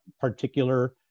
particular